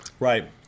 Right